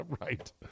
right